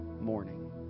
morning